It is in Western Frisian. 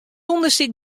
ûndersyk